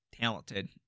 talented